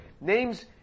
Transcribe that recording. names